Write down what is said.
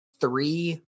three